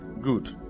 Good